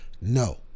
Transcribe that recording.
No